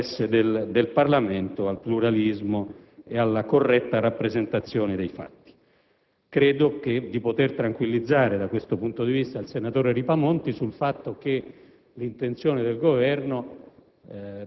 l'interesse del Parlamento al pluralismo e alla corretta rappresentazione dei fatti. Credo di poter tranquillizzare, da questo punto di vista, il senatore Ripamonti sul fatto che l'intenzione del Governo